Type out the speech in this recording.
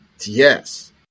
Yes